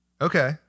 Okay